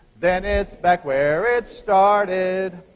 then it's back where it started,